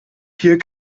hier